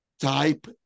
Type